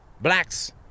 blacks